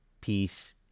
peace